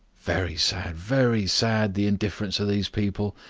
very sad, very sad the indifference of these people,